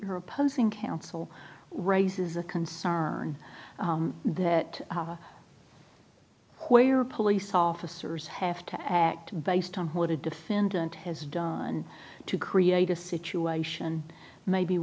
you're opposing counsel raises a concern that where police officers have to act based on what a defendant has done to create a situation may be